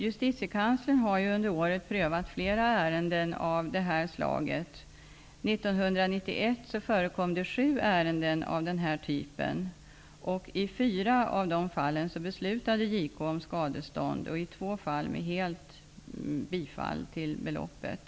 Justitiekanslern har under året prövat flera ärenden av det slaget. År 1991 förekom det sju ärenden av den typen. I fyra av dessa fall beslutade JK om skadestånd -- i två fall med helt bifall till det yrkade beloppet.